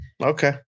Okay